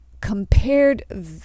compared